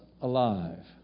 alive